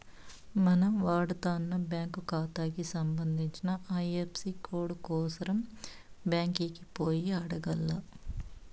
మనం వాడతన్న బ్యాంకు కాతాకి సంబంధించిన ఐఎఫ్ఎసీ కోడు కోసరం బ్యాంకికి పోయి అడగాల్ల